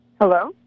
Hello